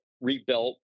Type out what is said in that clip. rebuilt